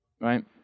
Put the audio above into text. right